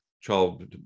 child